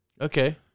Okay